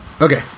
okay